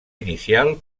inicial